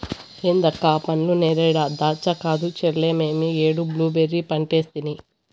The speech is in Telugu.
ఏంది అక్క ఆ పండ్లు నేరేడా దాచ్చా కాదు చెల్లే మేమీ ఏడు బ్లూబెర్రీ పంటేసితిని